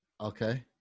Okay